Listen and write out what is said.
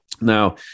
Now